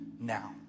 now